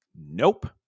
Nope